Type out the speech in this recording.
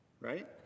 right